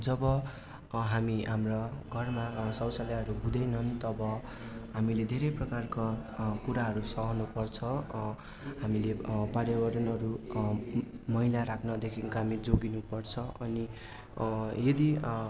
जब हामी हाम्रा घरमा शौचाल्यहरू हुँदैनन् तब हामीले धेरै प्रकारका कुराहरू सहनु पर्छ हामीले पार्यवरणहरू मैला राख्नदेखि हामी जोगिनुपर्छ अनि यदि